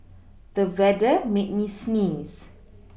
the weather made me sneeze